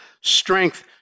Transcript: strength